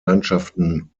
landschaften